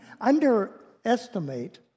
underestimate